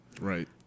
Right